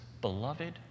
beloved